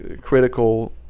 critical